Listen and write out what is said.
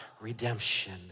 redemption